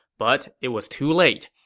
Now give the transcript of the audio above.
but it was too late.